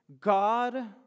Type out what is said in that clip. God